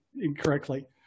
incorrectly